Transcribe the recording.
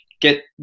get